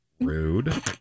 Rude